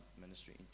ministry